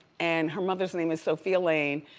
and her mother's name is sophia lane.